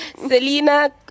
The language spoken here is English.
Selena